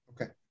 okay